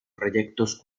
proyectos